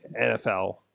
NFL